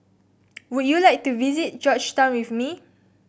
would you like to visit Georgetown with me